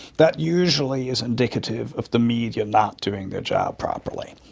that usually is indicative of the media not doing their job properly.